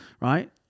right